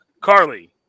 Carly